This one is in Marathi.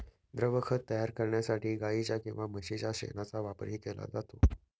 द्रवखत तयार करण्यासाठी गाईच्या किंवा म्हशीच्या शेणाचा वापरही केला जातो